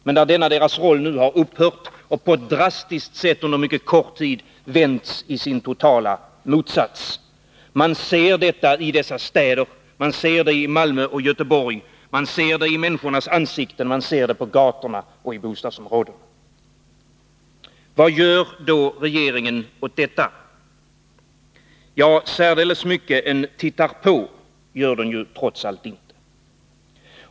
Men denna deras roll har nu upphört och den har på ett drastiskt sätt under mycket kort tid vänts i sin totala motsats. Man ser detta i dessa städer, man ser det i Malmö och Göteborg, man ser det i människornas ansikten, man ser det på gatorna och i bostadsområdena. Vad gör då regeringen åt detta? Ja, särdeles mycket annat än att bara titta på gör den trots allt inte.